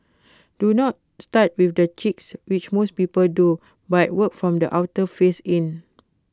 do not start with the cheeks which most people do but work from the outer face in